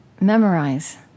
memorize